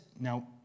now